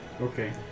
Okay